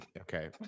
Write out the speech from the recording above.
okay